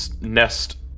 nest